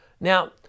Now